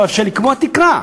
אבל אפשר לקבוע תקרה.